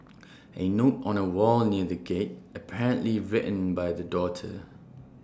A note on A wall near the gate apparently written by the daughter